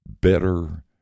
better